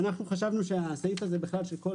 בסעיף קטן (ג) אנחנו קובעים שגופים שמותר להם לפי